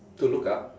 to look up